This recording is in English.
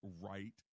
right